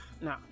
No